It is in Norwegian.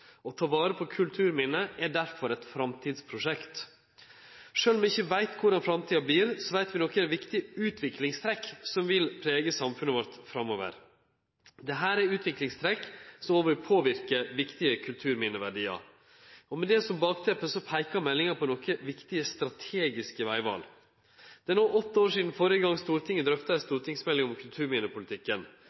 Å ta vare på kulturminne er derfor eit framtidsprosjekt. Sjølv om vi ikkje veit korleis framtida vert, veit vi nokre viktige utviklingstrekk som vil prege samfunnet vårt framover. Dette er utviklingstrekk som òg vil påverke viktige kulturminneverdiar. Med det som bakteppe peiker meldinga på nokre viktige strategiske vegval. Det er nå åtte år sidan førre gong Stortinget drøfta ei stortingsmelding om